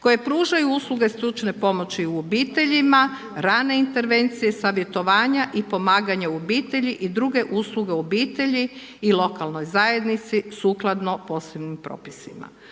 koje pružaju usluge stručne pomoći u obiteljima, rane intervencije, savjetovanja i pomaganje u obitelji i druge usluge u obitelji i lokalne zajednici sukladno posebnim propisima.